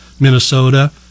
Minnesota